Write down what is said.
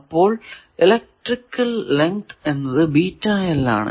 അപ്പോൾ electrical length എന്നത് ആണ്